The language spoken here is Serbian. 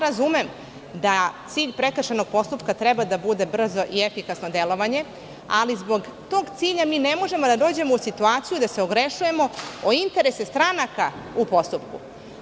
Razumem da cilj prekršajnog postupak treba da bude brzo i efikasno delovanje, ali zbog tog cilja mi ne možemo da dođemo u situaciju da se ogrešujemo o interese stranaka u postupku.